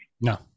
No